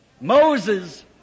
Moses